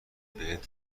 بهت